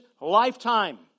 lifetime